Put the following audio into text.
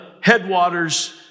headwaters